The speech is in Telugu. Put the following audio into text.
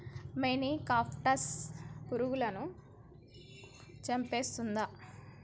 మొనిక్రప్టస్ పురుగులను చంపేస్తుందా?